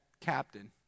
captain